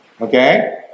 Okay